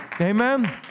Amen